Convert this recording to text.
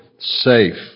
Safe